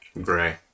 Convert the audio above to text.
Gray